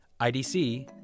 IDC